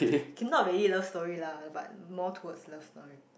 okay not really love story lah but more towards love story